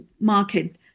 market